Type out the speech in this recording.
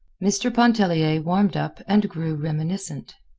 mr. pontellier warmed up and grew reminiscent.